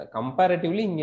Comparatively